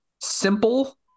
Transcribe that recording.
simple